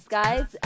guys